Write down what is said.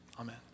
Amen